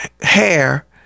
hair